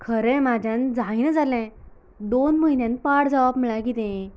खरें म्हाज्यानी जायना जालें दोन म्हयन्यांनी पाड जावप म्हळ्यार कितें